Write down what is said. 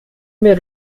mehr